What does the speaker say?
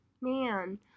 Man